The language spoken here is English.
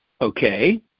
okay